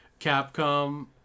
Capcom